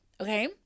okay